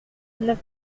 neuf